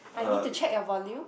I need to check a volume